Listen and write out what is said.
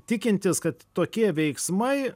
tikintis kad tokie veiksmai